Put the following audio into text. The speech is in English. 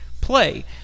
play